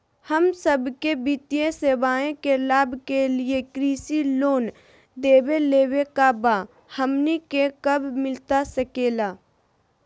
हम सबके वित्तीय सेवाएं के लाभ के लिए कृषि लोन देवे लेवे का बा, हमनी के कब मिलता सके ला?